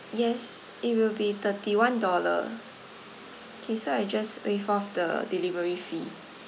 yes it will be thirty one dollar K so I just waive off the delivery fee